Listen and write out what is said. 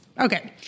Okay